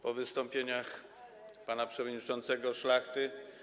Po wystąpieniach pana przewodniczącego Szlachty.